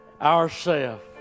Ourself